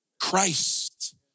Christ